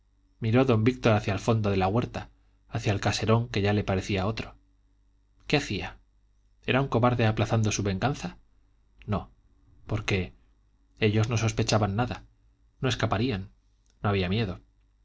miró don víctor hacia el fondo de la huerta hacia el caserón que ya le parecía otro qué hacía era un cobarde aplazando su venganza no porque ellos no sospechaban nada no escaparían no había miedo